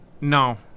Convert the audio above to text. No